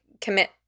commit